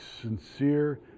sincere